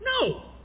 No